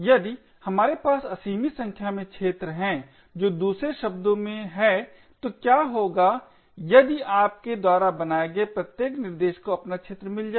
यदि हमारे पास असीमित संख्या में क्षेत्र है जो दूसरे शब्दों में है तो क्या होगा यदि आपके द्वारा बनाए गए प्रत्येक निर्देश को अपना क्षेत्र मिल जाए